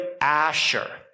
Asher